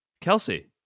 Kelsey